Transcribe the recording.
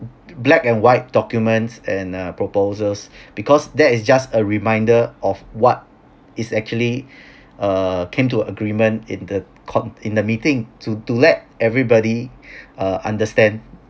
black and white documents and uh proposals because that is just a reminder of what is actually err came to a agreement in the court in the meeting to to let everybody uh understand